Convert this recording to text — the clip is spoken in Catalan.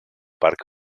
parc